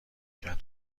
کرد